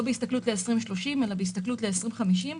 לא בהסתכלות ל-2030 אלא בהסתכלות ל-2050.